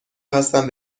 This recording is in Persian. هستم